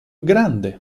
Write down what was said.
grande